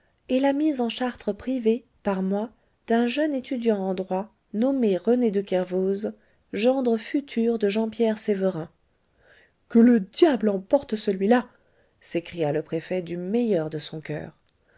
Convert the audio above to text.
est la mise en chartre privée par moi d'un jeune étudiant en droit nommé rené de kervoz gendre futur de jean pierre sévérin que le diable emporte celui-là s'écria le préfet du meilleur de son coeur